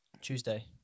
Tuesday